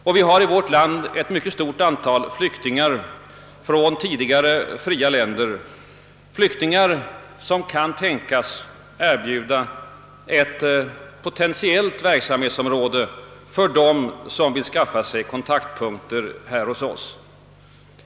Och vi har i vårt land ett mycket stort antal flyktingar från tidigare fria länder, flyktingar som kan tänkas erbjuda ett potentiellt verksamhetsområde för dem som vill skaffa sig kontaktpunkter här hos oss.